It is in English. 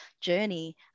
journey